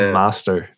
master